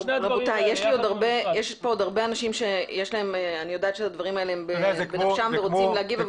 רבותיי, יש פה עוד הרבה אנשים שרוצים להגיב.